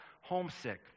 homesick